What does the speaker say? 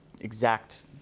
exact